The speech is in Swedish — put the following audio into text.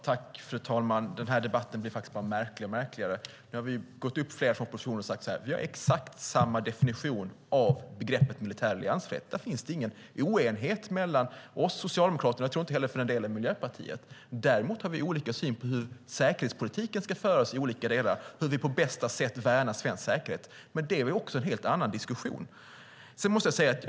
Fru talman! Den här debatten blir allt märkligare. Nu har flera från oppositionen gått upp här och sagt att vi har exakt samma definition av begreppet militär alliansfrihet. Där finns det ingen oenighet mellan oss och Socialdemokraterna, och jag tror inte heller för den delen Miljöpartiet. Däremot har vi olika syn på hur säkerhetspolitiken ska föras i olika delar och hur vi på olika sätt värnar svensk säkerhet. Men det är också en helt annan diskussion.